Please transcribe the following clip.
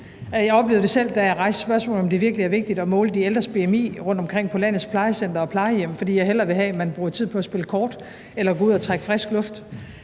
Jeg oplevede det selv, da jeg rejste spørgsmålet, om det virkelig er vigtigt at måle de ældres bmi rundtomkring på landets plejecentre og plejehjem, fordi jeg hellere vil have, at man bruger tid på at spille kort eller gå ud og trække frisk luft.